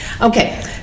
Okay